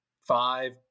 five